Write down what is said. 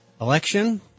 election